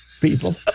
people